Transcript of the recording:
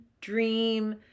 dream